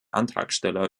antragsteller